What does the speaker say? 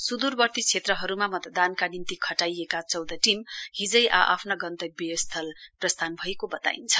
स्दूरवती क्षेत्रहरूमा मतदानका निम्ति खटाइएका चौध टीम हिजै आ आफ्ना गन्तब्य स्थल प्रस्थान भएको वताइन्छ